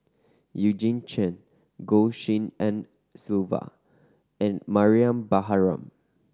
Eugene Chen Goh Tshin En Sylvia and Mariam Baharom